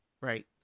Right